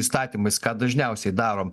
įstatymais ką dažniausiai darom